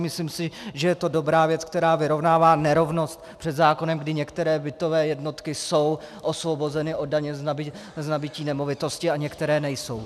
Myslím si, že je to dobrá věc, která vyrovnává nerovnost před zákonem, kdy některé bytové jednotky jsou osvobozeny od daně z nabytí nemovitosti a některé nejsou.